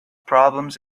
problems